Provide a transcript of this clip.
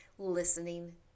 listening